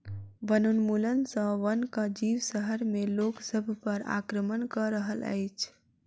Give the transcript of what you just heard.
वनोन्मूलन सॅ वनक जीव शहर में लोक सभ पर आक्रमण कअ रहल अछि